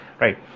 right